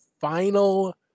final